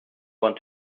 want